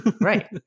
Right